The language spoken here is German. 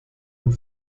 und